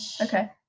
okay